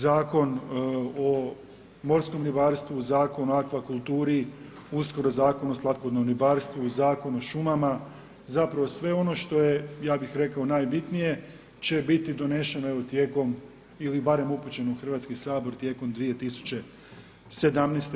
Zakon o morskom ribarstvu, Zakon o akvakulturu, uskoro Zakon o slatkovodnom ribarstvu, Zakon o šumama, zapravo sve ono što je ja bih rekao, najbitnije, će biti donešeno evo tijekom, ili barem upućen u Hrvatski sabor tijekom 2017.